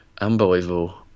Unbelievable